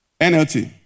NLT